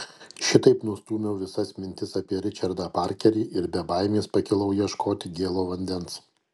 šitaip nustūmiau visas mintis apie ričardą parkerį ir be baimės pakilau ieškoti gėlo vandens